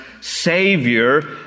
Savior